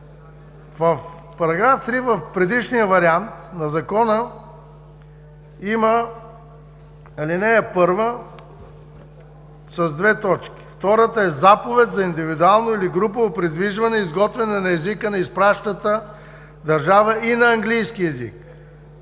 В § 3 в предишния вариант на закона има ал. 1 с две точки. Втората е заповед за индивидуално или групово придвижване, изготвена на езика на изпращащата държава и на английски език.